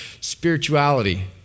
spirituality